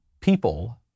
people